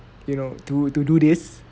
you know to to do this